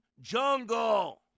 jungle